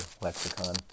lexicon